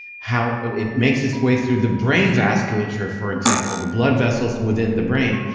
how it makes its way through the brain vasculature for example, the blood vessels within the brain,